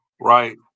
right